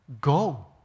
Go